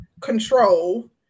control